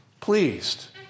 pleased